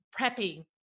prepping